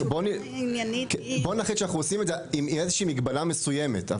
בואו נחליט שאנחנו עושים את זה עם איזושהי מגבלה מסוימת.